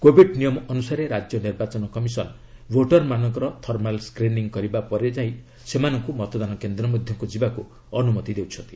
Covid ନିୟମ ଅନୁସାରେ ରାଜ୍ୟ ନିର୍ବାଚନ କମିଶନ୍ ଭୋଟର୍ମାନଙ୍କର ଥର୍ମାଲ୍ ସ୍କ୍ରିନିଙ୍ଗ୍ କରିବା ପରେ ସେମାନଙ୍କୁ ମତଦାନ କେନ୍ଦ୍ର ମଧ୍ୟକୁ ଯିବାକୁ ଅନୁମତି ଦେଉଛନ୍ତି